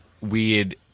weird